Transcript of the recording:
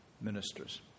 ministers